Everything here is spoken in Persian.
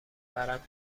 ورم